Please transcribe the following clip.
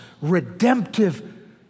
redemptive